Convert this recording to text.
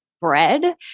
bread